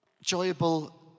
enjoyable